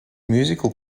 musical